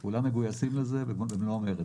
אדוני היושב-ראש, כולם מגויסים לזה ובמלוא המרץ.